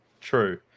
true